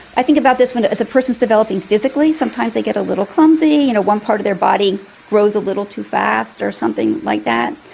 i think about this, as a person is developing physically sometimes they get a little clumsy and one part of their body grows a little too fast or something like that,